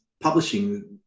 publishing